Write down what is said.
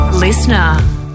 Listener